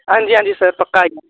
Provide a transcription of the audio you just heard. हांजी हांजी सर पक्का आई जाग